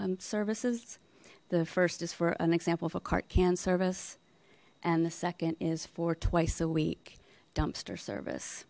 services the first is for an example of a cart can service and the second is for twice a week dumpster service